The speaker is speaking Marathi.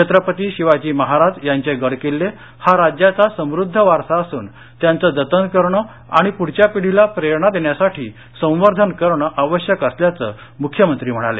छत्रपती शिवाजी महाराज यांचे गडकिल्ले हा राज्याचा समृद्ध वारसा असून त्याचं जतन करण आणि पुढच्या पिढीला प्रेरणा देण्यासाठी संवर्धन करण आवश्यक असल्याचं मुख्यमंत्री म्हणाले